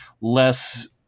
less